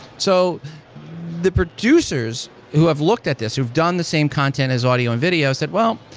so the producers who have looked at this, who've done the same content as audio and video said, well,